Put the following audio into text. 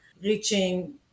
reaching